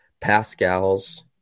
Pascal's